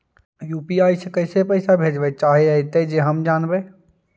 UPI से कैसे पैसा भेजबय चाहें अइतय जे हम जानबय?